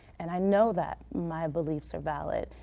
and i know that my beliefs are valid.